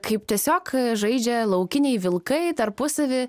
kaip tiesiog žaidžia laukiniai vilkai tarpusavy